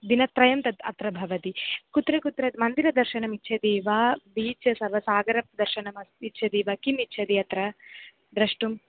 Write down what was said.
दिनत्रयं तत् अत्र भवति कुत्र कुत्र मन्दिरदर्शनमिच्छति वा बीचस् अवा सागरदर्शनम् अस्ति इच्छति वा किम् इच्छति अत्र द्रष्टुम्